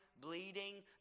bleeding